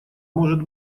может